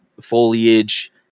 foliage